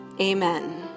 Amen